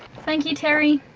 thank you, terry.